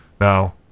Now